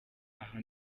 aha